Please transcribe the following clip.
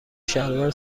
شلوار